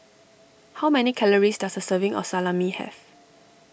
how many calories does a serving of Salami have